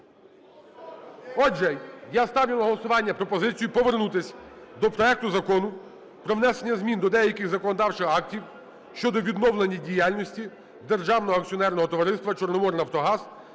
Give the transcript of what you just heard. Отже, я ставлю на голосування пропозицію повернутися до проекту Закону про внесення змін до деяких законодавчих актів щодо відновлення діяльності Державного акціонерного товариства "Чорноморнафтогаз"